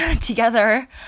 together